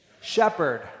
shepherd